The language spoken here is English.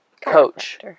coach